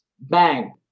bang